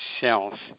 self